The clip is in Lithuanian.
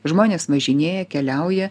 žmonės važinėja keliauja